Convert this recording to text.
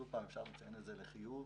שוב, אפשר לציין את זה לחיוב.